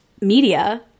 media